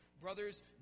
Brothers